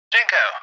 Jinko